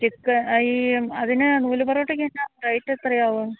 ഈ അതിന് നൂലു പൊറോട്ടയ്ക്ക് എന്നാ റേറ്റ് എത്രയാവും